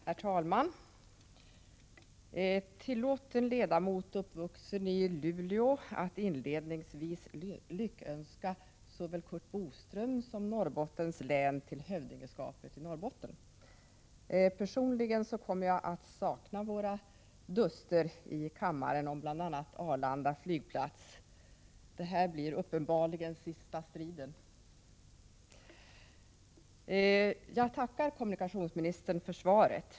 Herr talman! Tillåt en ledamot uppvuxen i Luleå att inledningsvis lyckönska såväl Curt Boström som Norrbottens län till hövdingeskapet i Norrbotten. Personligen kommer jag att sakna våra duster i kammaren om bl.a. Arlanda flygplats. Det här blir uppenbarligen sista striden. Jag tackar kommunikationsministern för svaret.